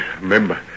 remember